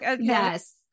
Yes